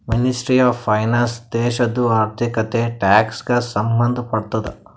ministry of finance ದೇಶದು ಆರ್ಥಿಕತೆ, tax ಗ ಸಂಭಂದ್ ಪಡ್ತುದ